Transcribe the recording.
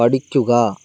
പഠിക്കുക